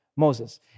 Moses